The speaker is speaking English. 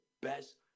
best